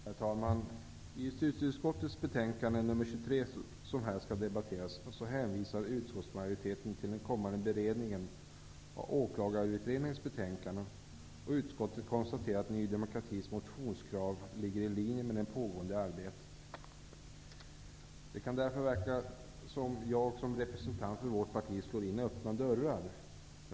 Herr talman! I justitieutskottets betänkande 23, som här skall debatteras, hänvisar utskottsmajoriteten till den kommande beredningen av åklagarutredningens betänkande. Utskottet konstaterar att Ny demokratis motionskrav ligger i linje med det pågående arbetet. Det kan därför verka som om jag, som representant för Ny demokrati, slår in öppna dörrar.